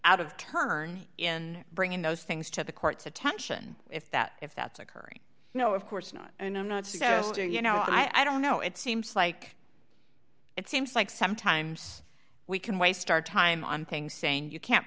out of turn in bringing those things to the court's attention if that if that's occurring you know of course not you know not so you know i don't know it seems like it seems like sometimes we can waste our time on things saying you can't